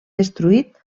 destruït